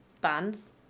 bands